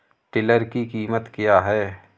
Tiller की कीमत क्या है?